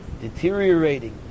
deteriorating